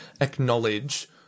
acknowledge